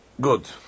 Good